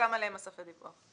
מוסכמים עליהם ספי הדיווח.